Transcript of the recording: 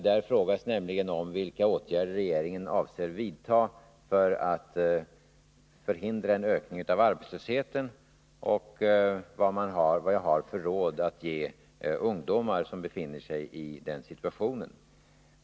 Där frågas nämligen vilka åtgärder regeringen avser att vidta för att förhindra en ökning av arbetslösheten och vilka råd jag har att ge ungdomar som befinner sig i den situationen.